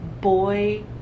boy